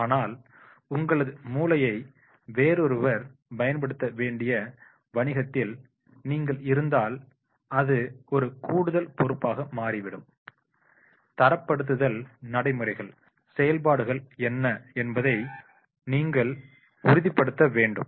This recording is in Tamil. ஆனால் உங்களது மூளையை வேறொருவர் பயன்படுத்தவேண்டிய வணிகத்தில் நீங்கள் இருந்தால் அது ஒரு கூடுதல் பொறுப்பாக மாறிவிடும் தரப்படுத்துதல் நடைமுறைகள் செயல்பாடுகள் என்ன என்பதை நீங்கள் உறுதிப்படுத்த வேண்டும்